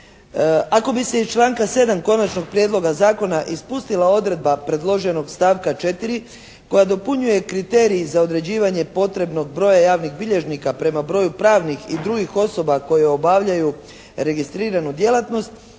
ako bi se iz članka 7. Konačnog prijedloga zakona ispustila odredba predloženog stavka 4. koja dopunjuje kriterij za određivanje potrebnog broja javnih bilježnika prema broju pravnih i drugih osoba koje obavljaju registriranu djelatnost,